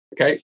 okay